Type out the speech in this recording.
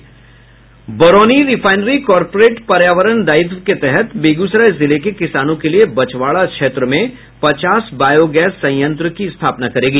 Barauni refinery corporate पर्यावरण दायित्व के तहत बेगूसराय जिले के किसानों के लिये बछवाड़ा क्षेत्र में पचास बायो गैस संयंत्र की स्थापना करेगी